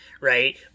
Right